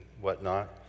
whatnot